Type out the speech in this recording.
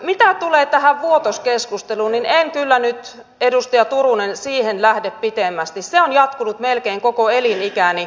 mitä tulee tähän vuotos keskusteluun niin en kyllä nyt edustaja turunen siihen lähde pitemmästi se on jatkunut melkein koko elinikäni